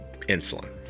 insulin